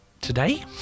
today